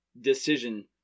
decision